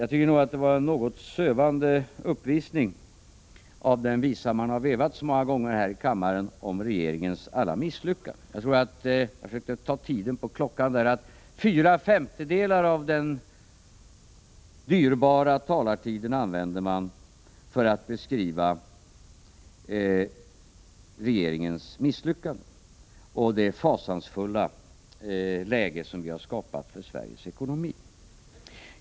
Jag tycker nog att det var en något sövande upprepning av den visa man har vevat så många gånger här i kammaren om regeringens alla misslyckanden. Jag försökte ta tiden på klockan och fann att man använde fyra femtedelar av den dyrbara talartiden för att beskriva regeringens misslyckanden och det fasansfulla läge som vi skapat för Sveriges ekonomi.